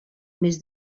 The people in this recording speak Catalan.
mes